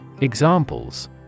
Examples